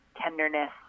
tenderness